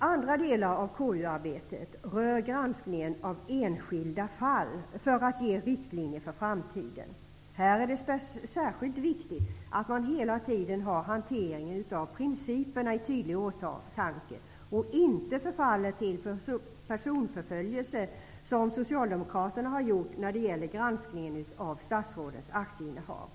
Andra delar av KU-arbetet rör granskningen av enskilda fall för att ge riktlinjer för framtiden. Här är det särskilt viktigt att man hela tiden har hanteringen av principerna i tydlig åtanke och inte förfaller till personförföljelse. Det har Socialdemokraterna gjort när det gäller granskningen av statsrådens aktieinnehav.